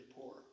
poor